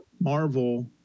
Marvel